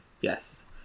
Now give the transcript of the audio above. Yes